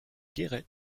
guéret